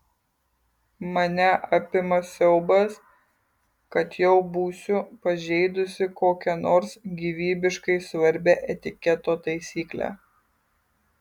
mane apima siaubas kad jau būsiu pažeidusi kokią nors gyvybiškai svarbią etiketo taisyklę